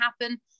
happen